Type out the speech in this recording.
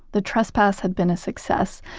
the trespass had been a success.